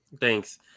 Thanks